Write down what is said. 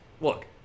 Look